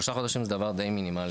שלושה חודשים זה דבר די מינימלי.